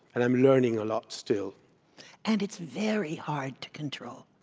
and i'm learning a lot still and it's very hard to control,